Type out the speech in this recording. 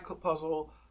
puzzle